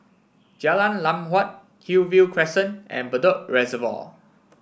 Jalan Lam Huat Hillview Crescent and Bedok Reservoir